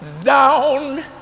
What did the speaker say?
down